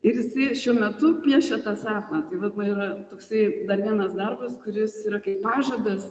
ir jisai šiuo metu piešia tą sapną tai vat man yra toksai dar vienas darbas kuris yra kaip pažadas